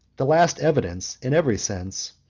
the last evidence, in every sense,